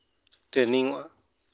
ᱴᱨᱮᱱᱤᱝᱚᱜᱼᱟ